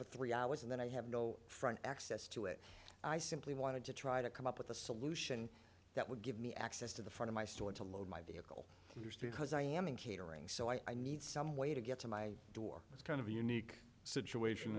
for three hours and then i have no front access to it i simply wanted to try to come up with a solution that would give me access to the front of my store to load my vehicle industry because i am in catering so i need some way to get to my door it's kind of a unique situation